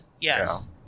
Yes